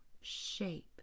shape